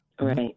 Right